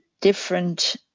different